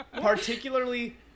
Particularly